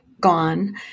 gone